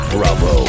Bravo